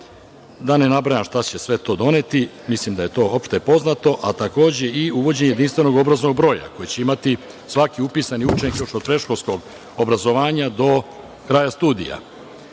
da ne nabrajam šta će sve to doneti, mislim da je to opšte poznato, a takođe i uvođenje jedinstvenog obrazovnog broja koji će imati svaki upisani učenik još od predškolskog obrazovanja do kraja studija.